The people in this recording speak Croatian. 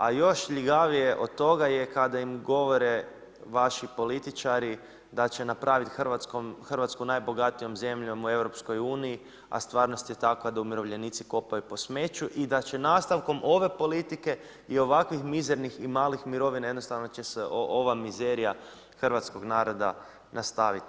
A još ljigavije od toga je kada im govore vaši političari da će napraviti Hrvatsku najbogatijom zemljom u Europskoj uniji, a stvarnost je takva da umirovljenici kopaju po smeću i da će nastavkom ove politike i ovakvih mizernih i malih mirovina jednostavno će se ova mizerija hrvatskog naroda nastaviti.